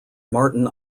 martyn